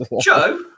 Joe